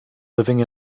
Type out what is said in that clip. living